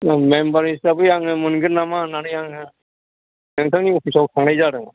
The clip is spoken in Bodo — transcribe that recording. मेम्बार हिसाबै आङो मोनगोन नामा होननानै आङो नोंथांनि अफिस आव थांनाय जादोंमोन